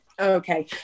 Okay